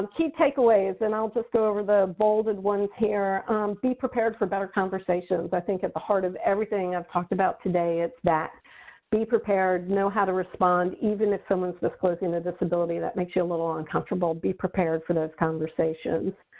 key takeaways and i'll just go over the bolded ones here be prepared for better conversations. i think at the heart of everything i've talked about today, it's that be prepared, know how to respond, even if someone's disclosing a disability that makes you a little uncomfortable, be prepared for those conversations.